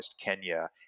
Kenya